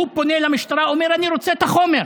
הוא פונה למשטרה ואומר: אני רוצה את החומר.